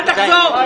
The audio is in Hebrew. אל תחזור.